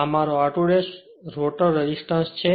આ મારું r2 rotor resistance છે